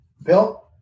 Bill